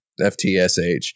FTSH